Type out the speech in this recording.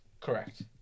Correct